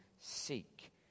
seek